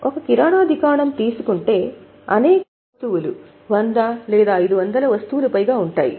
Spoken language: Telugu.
ఒక కిరణా దుకాణం తీసుకుంటే అనేక రకాల వస్తువులు 100 లేదా 500 వస్తువులు పైగా ఉంటాయి